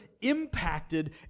impacted